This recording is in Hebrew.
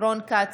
רון כץ,